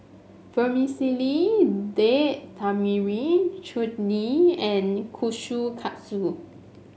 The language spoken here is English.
Vermicelli Date Tamarind Chutney and Kushikatsu